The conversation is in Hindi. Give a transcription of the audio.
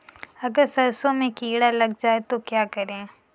अगर सरसों में कीड़ा लग जाए तो क्या करें?